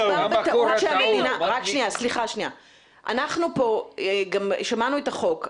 אנחנו פה גם שמענו את החוק.